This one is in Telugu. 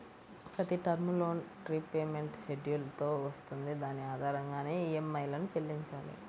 ప్రతి టర్మ్ లోన్ రీపేమెంట్ షెడ్యూల్ తో వస్తుంది దాని ఆధారంగానే ఈఎంఐలను చెల్లించాలి